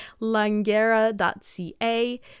langera.ca